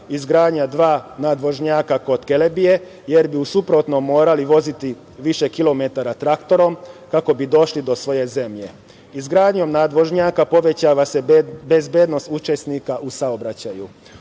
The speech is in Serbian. izgradnja dva nadvožnjaka kod Kelebije, jer bi u suprotnom morali voziti više kilometara traktorom kako bi došli do svoje zemlje. Izgradnjom nadvožnjaka povećava se bezbednost učesnika u saobraćaju.